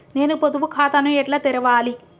నేను పొదుపు ఖాతాను ఎట్లా తెరవాలి?